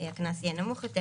הקנס יהיה נמוך יותר,